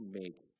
make